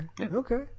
Okay